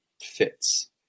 fits